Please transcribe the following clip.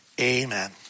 Amen